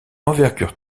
envergure